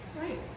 Right